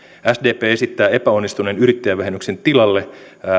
sdp esittää epäonnistuneen yrittäjävähennyksen tilalle